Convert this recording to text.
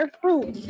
fruit